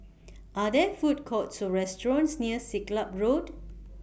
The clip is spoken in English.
Are There Food Courts Or restaurants near Siglap Road